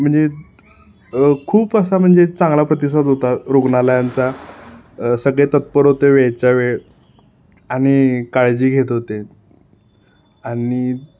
म्हणजे खूप असा म्हणजे चांगला प्रतिसाद होता रुग्णालयांचा सगळे तत्पर होते वेळचा वेळ आणि काळजी घेत होते आणि